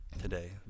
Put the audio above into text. today